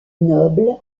noble